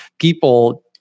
people